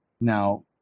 Now